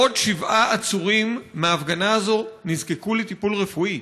עוד שבעה עצורים מההפגנה הזאת נזקקו לטיפול רפואי.